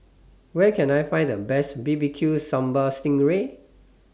Where Can I Find The Best B B Q Sambal Sting Ray